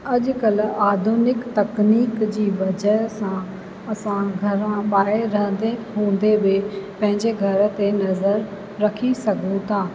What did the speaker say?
अॼु कल्ह आधुनिक तकनीक जी वजह सां असां घरु ऐं ॿाहिरि रहंदे हूंदे बि पंहिंजे घर ते नज़र रखी सघूं था